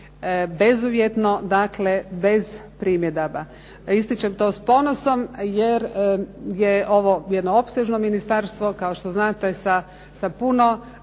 bezuvjetno dakle bez primjedaba. Ističem to s ponosom, jer je ovo jedno opsežno ministarstvo kao što znate sa puno